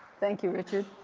thank you richard.